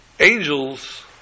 Angels